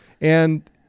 And-